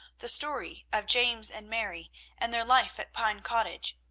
the story of james and mary and their life at pine cottage.